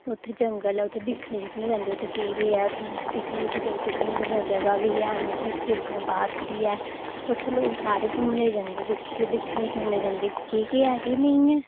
उत्थै जंगल उत्थै दिक्खने बास्तै जंदे उत्थै केह् केह् केह् ऐ उत्थै पिकनिक चलो पिकनिक दियां जगह्ं बी ऐन उत्थै इक चिलड्रन पार्क बी ऐ उत्थै लोक सारे घुम्मने ई जंदे दिक्खने सुनने ई जंदे की केह् केह् ऐ केह् नेईं ऐ